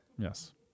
Yes